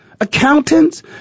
accountants